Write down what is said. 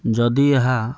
ଯଦି ଏହା